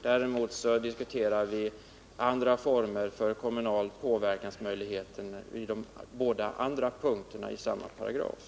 Däremot diskuterar vi andra former för kommunal påverkan när det gäller de båda andra punkterna i samma paragraf.